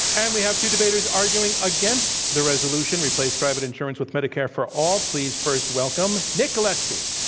and we have two debaters arguing against the resolution, replace private insurance with medicare for all. please first welcome nick gillespie.